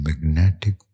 magnetic